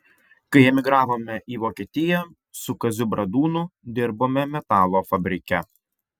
kai emigravome į vokietiją su kaziu bradūnu dirbome metalo fabrike